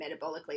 metabolically